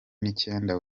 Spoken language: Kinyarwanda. n’icyenda